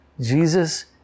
Jesus